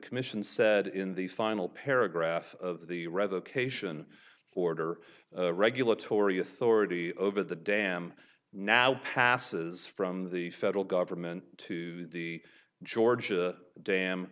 commission said in the final paragraph of the revocation order regulatory authority over the dam now passes from the federal government to the georgia dam